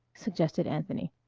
suggested anthony.